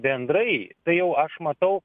bendrai tai jau aš matau